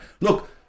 look